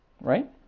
right